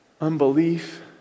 Unbelief